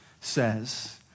says